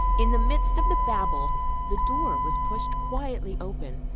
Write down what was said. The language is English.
in the midst of the babel the door was pushed quietly open,